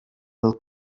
del